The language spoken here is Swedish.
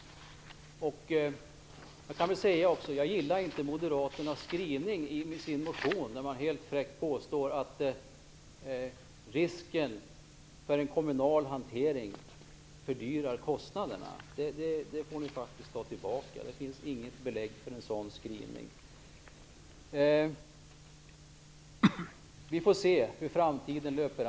Jag gillar inte skrivningen i Moderaternas motion. Helt fräckt påstås där att risken för en kommunal hantering fördyrar kostnaderna. Det får ni faktiskt ta tillbaka. Det finns inget belägg för en sådan skrivning. Vi får väl se hur det löper i framtiden här.